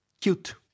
cute